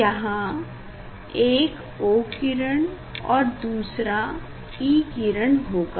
यहाँ एक O किरण और दूसरा E किरण होगा